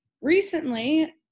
Recently